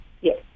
Yes